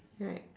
right